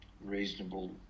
reasonable